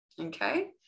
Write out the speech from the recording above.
okay